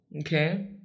Okay